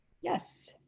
yes